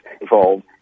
involved